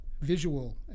visual